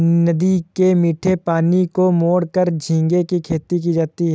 नदी के मीठे पानी को मोड़कर झींगे की खेती की जाती है